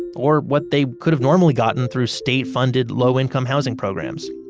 or what they could have normally gotten through state-funded low-income housing programs.